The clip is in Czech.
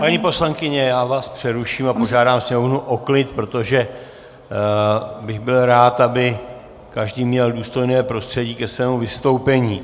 Paní poslankyně, já vás přeruším a požádám sněmovnu o klid, protože bych byl rád, aby každý měl důstojné prostředí ke svému vystoupení.